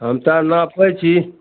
हम तऽ नापै छी